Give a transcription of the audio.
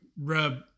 rub